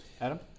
Adam